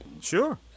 Sure